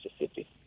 Mississippi